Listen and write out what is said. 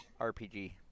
RPG